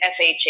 FHA